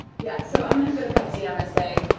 yeah. so i'm going to go to pepsi. i'm going to say,